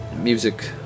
music